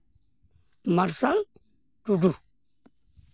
ᱢᱟᱨᱥᱟᱞ ᱴᱩᱰᱩ